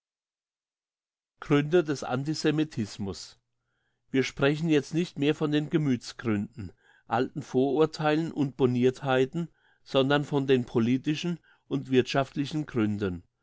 gründe des antisemitismus wir sprechen jetzt nicht mehr von den gemüthsgründen alten vorurtheilen und bornirtheiten sondern von den politischen und wirthschaftlichen gründen